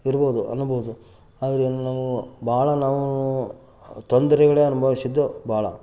ಇರ್ಬೋದು ಅನ್ನಬೋದು ಆದರೆ ನಾವು ಭಾಳ ನಾವು ತೊಂದರೇಗಳೇ ಅನುಭವಿಸಿದ್ದು ಭಾಳ